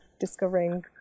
discovering